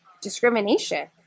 discrimination